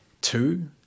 Two